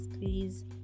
please